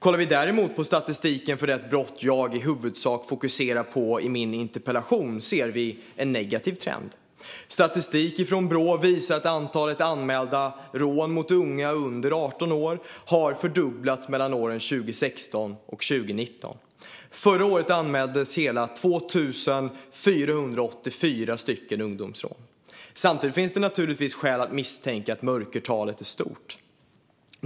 Om vi däremot tittar på statistiken för de brott jag i huvudsak fokuserar på i min interpellation ser vi en negativ trend. Statistik från Brå visar att antalet anmälda rån mot unga under 18 år har fördubblats mellan åren 2016 och 2019. Förra året anmäldes hela 2 484 ungdomsrån. Samtidigt finns det naturligtvis skäl att misstänka att mörkertalet är stort.